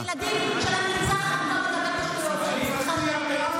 תסתכל בעיניים של הילדים של הנרצחת במקום לדבר את השטויות האלה.